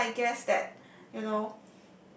so I guess that you know